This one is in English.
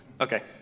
okay